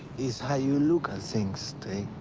it's how you look at things, teya.